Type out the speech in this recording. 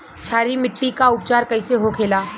क्षारीय मिट्टी का उपचार कैसे होखे ला?